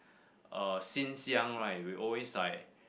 uh since young right we always like